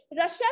Russia